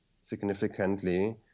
significantly